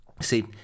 See